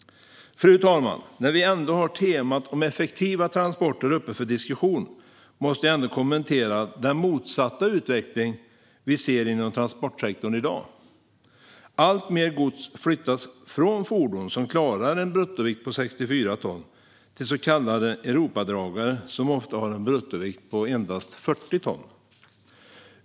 Fru talman! När vi ändå har temat om effektiva transporter uppe för diskussion måste jag kommentera den motsatta utveckling vi ser inom transportsektorn i dag. Alltmer gods flyttas från fordon som klarar en bruttovikt på 64 ton till så kallade Europadragare som ofta har en bruttovikt på 40 ton.